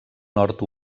nord